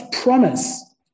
promise